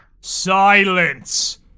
silence